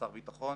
שר הביטחון,